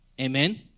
amen